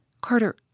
Carter